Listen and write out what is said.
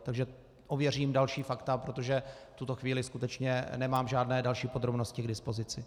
Takže ověřím další fakta, protože v tuto chvíli skutečně nemám žádné další podrobnosti k dispozici.